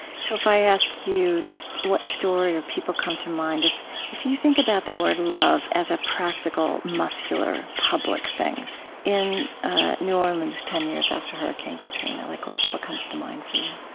so if i ask you what story or people come to mind if if you think about the word love as a practical, muscular, public thing in new orleans, ten years after hurricane katrina, like what what comes to mind for you?